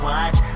Watch